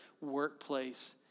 workplace